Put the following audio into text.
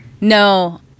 no